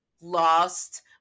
lost